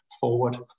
forward